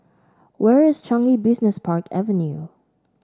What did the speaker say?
where is Changi Business Park Avenue